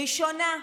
ראשונה,